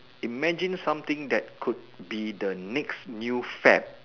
imagine something that could be the next new fad